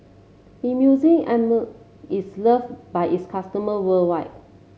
Emulsying Ointment is loved by its customer worldwide